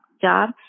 job